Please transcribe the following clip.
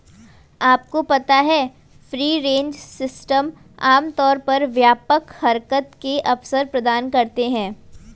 आपको पता है फ्री रेंज सिस्टम आमतौर पर व्यापक हरकत के अवसर प्रदान करते हैं?